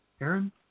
Aaron